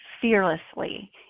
fearlessly